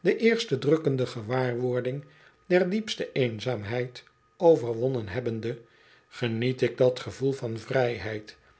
de eerste drukkende gewaarwording der diepste eenzaamheid overwonnen hebbende geniet ik dat gevoel van vrijheid